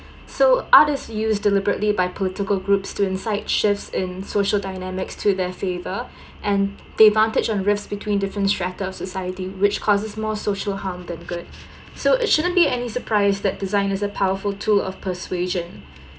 so art is used deliberately by political groups to incite shifts in social dynamics to their favour and they vantage on rifts between different strata of society which causes more social harm than good so it shouldn't be any surprise that design is a powerful tool persuasion